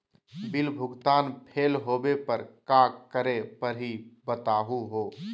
Bill भुगतान fail होवे पर का करै परही, बताहु हो?